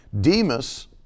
Demas